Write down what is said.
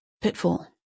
Pitfall